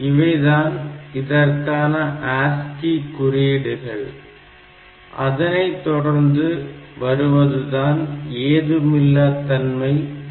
இவைதான் இதற்கான ஆஸ்கி குறியீடுகள் அதனைத்தொடர்ந்து வருவதுதான் ஏதுமில்லா தன்மை 0